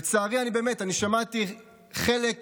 לצערי, אני שמעתי חלק